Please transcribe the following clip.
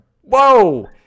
whoa